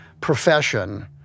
profession